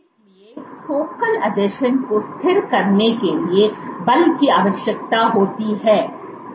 इसलिए फोकल आसंजन को स्थिर करने के लिए बल की आवश्यकता होती है